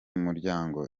muryango